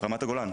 רמת הגולן.